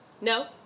no